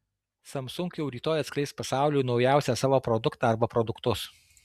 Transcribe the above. samsung jau rytoj atskleis pasauliui naujausią savo produktą arba produktus